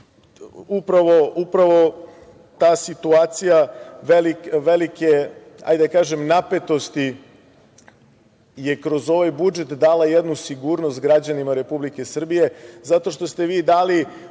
upravo ta situacija velike, da kažem, napetosti je kroz ovaj budžet dala jednu sigurnost građanima Republike Srbije zato što ste vi dali